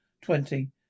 twenty